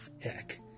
heck